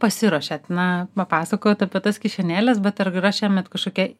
pasiruošėt na papasakojot apie tas kišenėles bet ar yra šiemet kažkokia